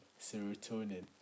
Serotonin